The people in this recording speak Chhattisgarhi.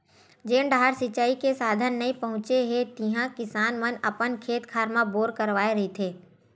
जेन डाहर सिचई के साधन नइ पहुचे हे तिहा किसान मन अपन खेत खार म बोर करवाए रहिथे